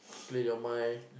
clear your mind